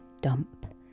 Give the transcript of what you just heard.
dump